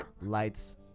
lights